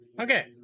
Okay